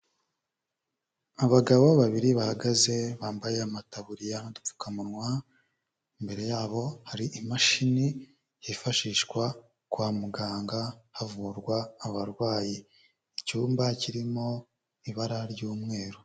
Abagabo babiri bahagaze bambaye amataburiya n'udupfukamunwa, imbere yabo hari imashini yifashishwa kwa muganga, havurwa abarwayi, icyumba kirimo ibara ry'umweru.